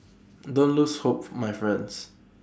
don't lose hope my friends